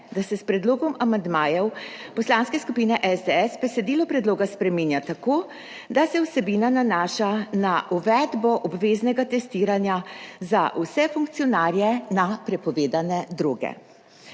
da se s predlogom amandmajev Poslanske skupine SDS besedilo predloga spreminja tako, da se vsebina nanaša na uvedbo obveznega testiranja za vse funkcionarje na prepovedane droge.